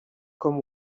comme